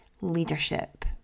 leadership